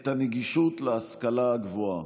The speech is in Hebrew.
את הנגישות של ההשכלה הגבוהה.